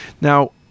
Now